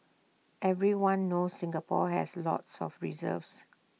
everyone knows Singapore has lots of reserves